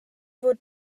fod